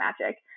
magic